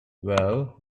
well